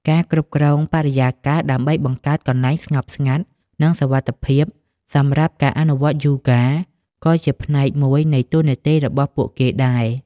ការ គ្រប់គ្រងបរិយាកាស ដើម្បីបង្កើតកន្លែងស្ងប់ស្ងាត់ និងសុវត្ថិភាពសម្រាប់ការអនុវត្តយូហ្គាក៏ជាផ្នែកមួយនៃតួនាទីរបស់ពួកគេដែរ។